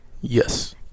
Yes